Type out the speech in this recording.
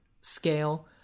scale